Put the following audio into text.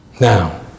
Now